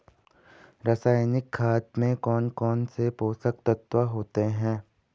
रासायनिक खाद में कौन कौन से पोषक तत्व होते हैं?